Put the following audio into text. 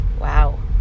Wow